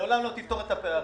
לעולם לא תפתור את הפערים,